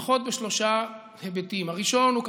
לפחות בשלושה היבטים: הראשון הוא,